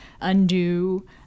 undo